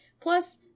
Plus